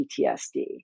PTSD